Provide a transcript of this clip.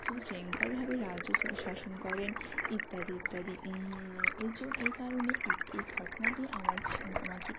সুশৃঙ্খলভাবে রাজ্য শাসন করেন ইত্যাদি ইত্যাদি এই জন্য এই কারণে এই ঘটনাটি আমার জীবন আমাকে